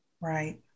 Right